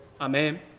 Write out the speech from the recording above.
Amen